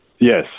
Yes